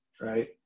right